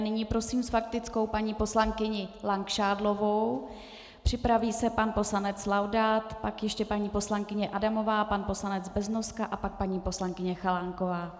Nyní prosím s faktickou paní poslankyni Langšádlovou, připraví se pan poslanec Laudát, pak ještě paní poslankyně Adamová, pan poslanec Beznoska a pak paní poslankyně Chalánková.